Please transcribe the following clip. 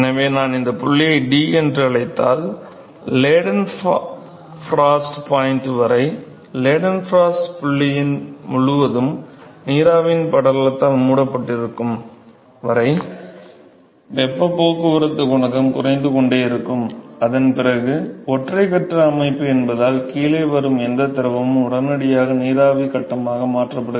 நான் இந்த புள்ளியை D என்று அழைத்தால் லைடன் ஃப்ரோஸ்ட் பாயிண்ட் வரை லைடன்ஃப்ராஸ்ட் புள்ளியின் அடிப்பகுதி முழுவதும் நீராவி படலத்தால் மூடப்பட்டிருக்கும் வரை வெப்பப் போக்குவரத்து குணகம் குறைந்து கொண்டே இருக்கும் அதன் பிறகு ஒற்றை கட்ட அமைப்பு என்பதால் கீழே வரும் எந்த திரவமும் உடனடியாக நீராவி கட்டமாக மாற்றப்படுகிறது